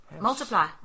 multiply